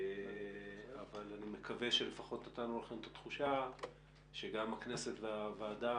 אבל אני מקווה שלפחות נתנו לכם את התחושה שגם הכנסת והוועדה